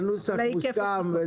הנוסח מוסכם.